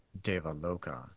Devaloka